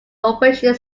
operation